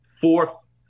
fourth